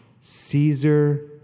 Caesar